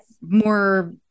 more